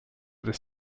this